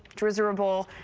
drizerable.